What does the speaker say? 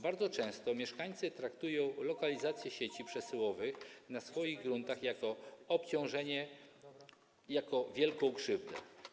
Bardzo często mieszkańcy traktują lokalizację sieci przesyłowych na swoich gruntach jako obciążenie, jako wielką krzywdę.